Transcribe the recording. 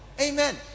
amen